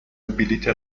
بلیط